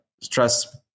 stress